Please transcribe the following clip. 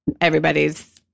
everybody's